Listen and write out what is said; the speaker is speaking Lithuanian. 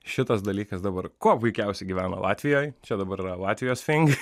šitas dalykas dabar kuo puikiausiai gyvena latvijoj čia dabar yra latvijos fing